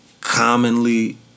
commonly